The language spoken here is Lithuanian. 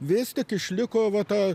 vis tik išliko va ta